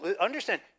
understand